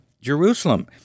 Jerusalem